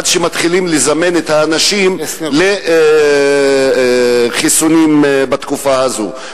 עד שמתחילים לזמן את האנשים לחיסונים בתקופה הזאת.